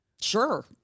Sure